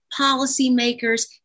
policymakers